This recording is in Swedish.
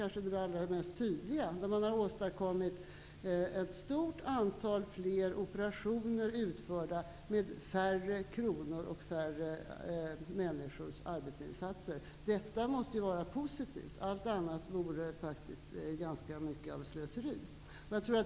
Det allra mest tydliga är att ett stort antal operationer är utförda med färre kronor och färre människors arbetsinsatser. Detta måste vara positivt. Allt annat vore faktiskt ganska mycket av slöseri.